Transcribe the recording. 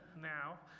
now